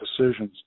decisions